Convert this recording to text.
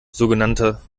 sogenannter